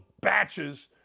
batches